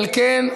על כן,